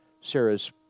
Sarah's